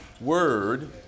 word